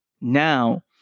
now